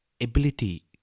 ability